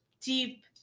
deep